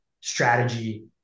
strategy